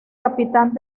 capitán